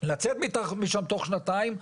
לצאת משם תוך שנתיים,